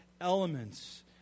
elements